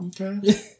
Okay